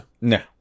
No